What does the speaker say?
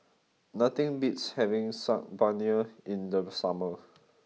nothing beats having Saag Paneer in the summer